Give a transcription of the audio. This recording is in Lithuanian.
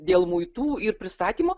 dėl muitų ir pristatymo